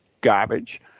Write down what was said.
garbage